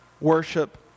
worship